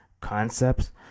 concepts